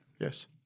Yes